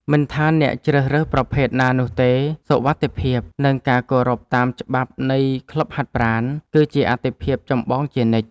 មិនថាអ្នកជ្រើសរើសប្រភេទណានោះទេ សុវត្ថិភាព និងការគោរពតាមច្បាប់នៃក្លឹបហាត់ប្រាណ គឺជាអាទិភាពចម្បងជានិច្ច។